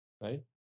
right